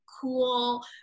cool